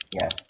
Yes